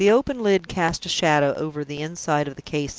the open lid cast a shadow over the inside of the casing.